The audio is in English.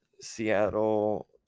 Seattle